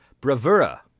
Bravura